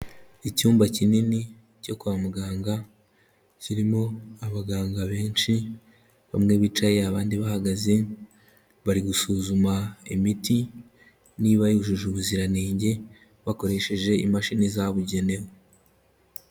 Icyumba kinini cyo kwa muganga kirimo abaganga benshi bamwe bicaye abandi bahagaze, bari gusuzuma imiti niba yujuje ubuziranenge bakoresheje imashini zabugenewe.